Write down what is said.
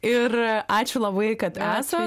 ir ačiū labai kad esat